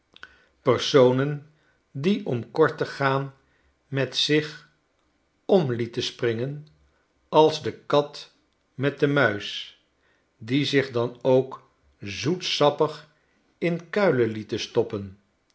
personen die om kort te gaan met zich om lieten springen als de kat met de muis die zich dan ook zoetsappig in kuilen lieten stoppen